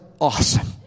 awesome